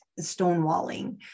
stonewalling